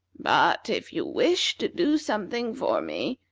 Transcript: but if you wish to do something for me,